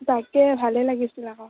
তাকে ভালে লাগিছিল আকৌ